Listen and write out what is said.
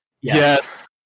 Yes